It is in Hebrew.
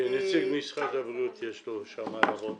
לנציג משרד הבריאות יש הערות.